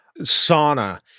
sauna